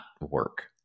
work